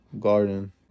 garden